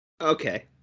Okay